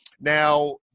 Now